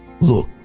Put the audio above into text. Look